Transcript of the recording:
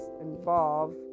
involve